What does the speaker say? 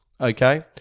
okay